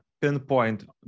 pinpoint